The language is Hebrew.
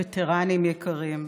וטרנים יקרים,